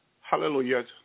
hallelujah